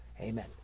Amen